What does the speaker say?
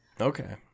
Okay